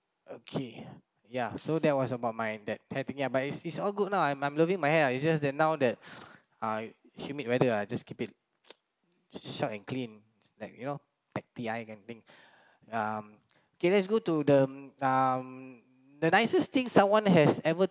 okay ya so that was about my that hair thingy but it's it's all good now I'm I'm loving my hair ah it's just that now that uh humid weather ah I just keep it short and clean like you know like um okay let's go to the um the nicest thing someone has ever